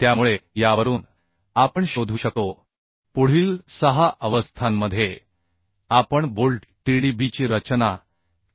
त्यामुळे यावरून आपण शोधू शकतो पुढील 6 अवस्थांमध्ये आपण बोल्ट Tdbची रचना